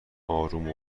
آروم